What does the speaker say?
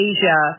Asia